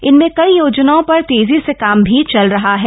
इनमें कई योजनाओं पर तेजी से काम भी चल रहा है